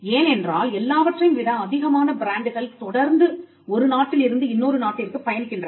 ஏன் என்றால் எல்லாவற்றையும் விட அதிகமான பிராண்டுகள் தொடர்ந்து ஒரு நாட்டில் இருந்து இன்னொரு நாட்டிற்குப் பயணிக்கின்றன